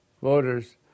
voters